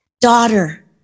daughter